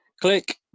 Click